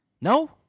No